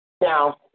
Now